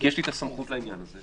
כי יש לי את הסמכות לעניין הזה,